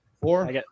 Four